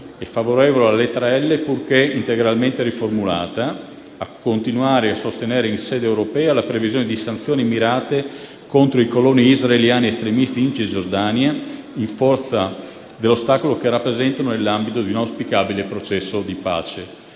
è favorevole alla lettera *l)*, purché integralmente riformulata: «a continuare a sostenere in sede europea la previsione di sanzioni mirate contro i coloni israeliani estremisti in Cisgiordania, in forza dell'ostacolo che rappresentano nell'ambito di un auspicabile processo di pace».